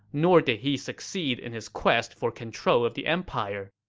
nor did he succeed in his quest for control of the empire.